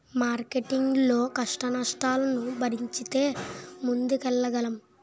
marketing లో కష్టనష్టాలను భరించితే ముందుకెళ్లగలం